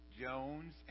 Jones